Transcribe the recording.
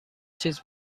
چیز